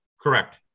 Correct